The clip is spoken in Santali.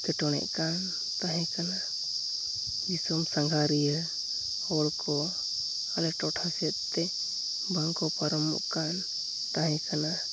ᱮᱴᱠᱮᱴᱚᱬᱮᱜᱠᱟᱱ ᱛᱟᱦᱮᱸ ᱠᱟᱱᱟ ᱫᱤᱥᱚᱢ ᱥᱟᱸᱜᱷᱟᱨᱤᱭᱟᱹ ᱦᱚᱲᱠᱚ ᱟᱞᱮ ᱴᱚᱴᱷᱟᱥᱮᱫᱛᱮ ᱵᱟᱝᱠᱚ ᱯᱟᱨᱚᱢᱚᱜᱠᱟᱱ ᱛᱟᱦᱮᱸ ᱠᱟᱱᱟ